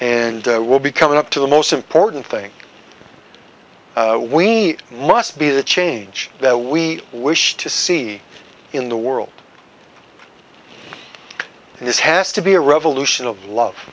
and will be coming up to the most important thing we must be the change that we wish to see in the world and this has to be a revolution of love